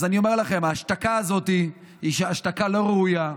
אז אני אומר לכם, ההשתקה הזאת היא השתקה לא ראויה.